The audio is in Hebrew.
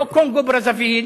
לא קונגו-ברזוויל,